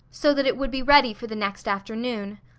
so that it would be ready for the next afternoon.